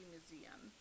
Museum